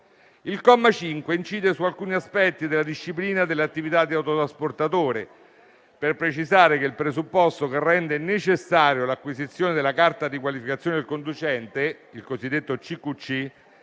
Il comma 5 incide su alcuni aspetti della disciplina dell'attività di autotrasportatore per precisare che il presupposto che rende necessaria l'acquisizione della carta di qualificazione del conducente (CQC)